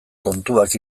kontuak